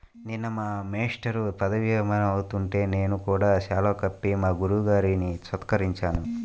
నిన్న మా మేష్టారు పదవీ విరమణ అవుతుంటే నేను కూడా శాలువా కప్పి మా గురువు గారిని సత్కరించాను